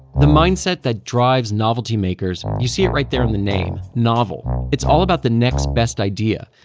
the mindset that drives novelty makers, you see it right there in the name novel, it's all about the next best idea.